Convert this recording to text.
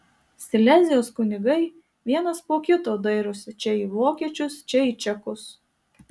silezijos kunigai vienas po kito dairosi čia į vokiečius čia į čekus